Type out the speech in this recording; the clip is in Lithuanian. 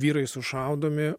vyrai sušaudomi